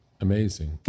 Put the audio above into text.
Amazing